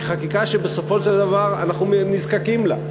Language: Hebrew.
היא חקיקה שבסופו של דבר אנחנו נזקקים לה,